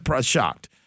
shocked